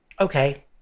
okay